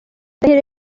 ndahiro